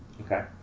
Okay